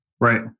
Right